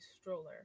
stroller